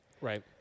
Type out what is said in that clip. Right